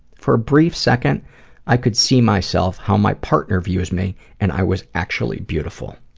for a brief second i could see myself how my partners views me and i was actually beautiful.